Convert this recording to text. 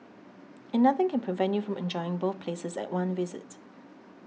and nothing can prevent you from enjoying both places at one visit